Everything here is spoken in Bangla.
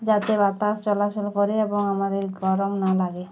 যাতে বাতাস চলাচল করে এবং আমাদের গরম না লাগে